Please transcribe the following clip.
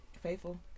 faithful